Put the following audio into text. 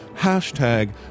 hashtag